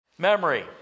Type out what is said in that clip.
Memory